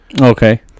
Okay